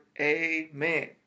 Amen